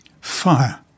Fire